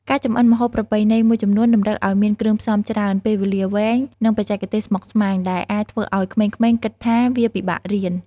ការចម្អិនម្ហូបប្រពៃណីមួយចំនួនតម្រូវឱ្យមានគ្រឿងផ្សំច្រើន ពេលវេលាវែង និងបច្ចេកទេសស្មុគស្មាញ ដែលអាចធ្វើឱ្យក្មេងៗគិតថាវាពិបាករៀន។